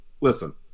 Listen